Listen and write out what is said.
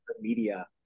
media